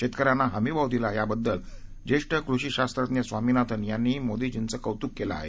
शेतकऱ्यांना हमीभाव दिला याबद्दल ज्येष्ठ कृषीशास्त्रज्ञ स्वामीनाथनं यांनीही मोदीजींचं कौतुक केलं आहे